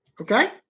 okay